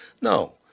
no